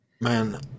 Man